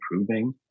improving